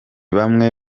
bamwe